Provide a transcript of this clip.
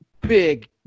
big